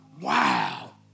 wow